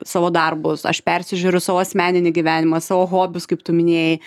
savo darbus aš persižiūriu savo asmeninį gyvenimą savo hobius kaip tu minėjai